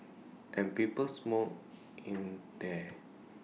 and people smoked in there